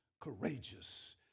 courageous